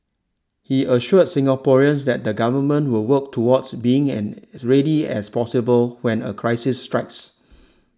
he assured Singaporeans that the government will work towards being and as ready as possible when a crisis strikes